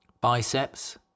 biceps